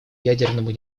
ядерному